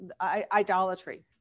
idolatry